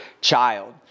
child